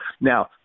now